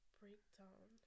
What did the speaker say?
breakdown